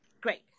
Great